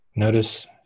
Notice